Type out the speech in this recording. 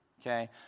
Okay